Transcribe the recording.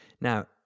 Now